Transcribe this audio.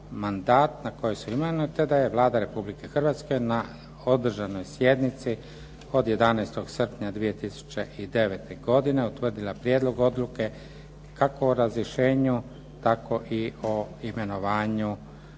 mandat na koji su imenovani te da je Vlada Republike Hrvatske na održanoj sjednici od 11. srpnja 2009. godine utvrdila prijedlog odluke kako o razrješenju, tako i o imenovanju